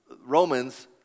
Romans